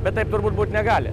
bet taip turbūt būt negali